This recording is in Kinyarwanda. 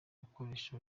gukoresha